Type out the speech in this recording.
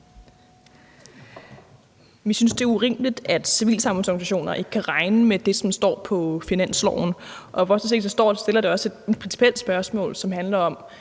Vi synes, det er urimeligt, at civilsamfundsorganisationer ikke kan regne med det, som står på finansloven, og for os at se rejser det også et principielt spørgsmål, som handler om,